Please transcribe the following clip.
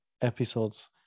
episodes